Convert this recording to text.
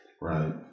Right